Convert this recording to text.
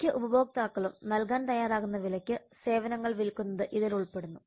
മിക്ക ഉപഭോക്താക്കളും നൽകാൻ തയ്യാറാകുന്ന വിലയ്ക്ക് സേവനങ്ങൾ വിൽക്കുന്നത് ഇതിൽ ഉൾപ്പെടുന്നു